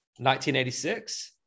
1986